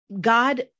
God